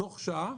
תוך שעה